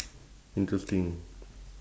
interesting